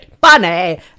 Bunny